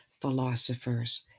philosophers